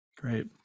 great